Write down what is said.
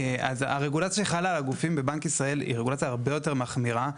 אז הרגולציה שחלה על הגופים בבנק ישראל היא רגולציה הרבה יותר מחמירה.